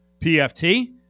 PFT